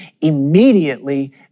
immediately